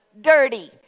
Dirty